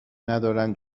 ندارن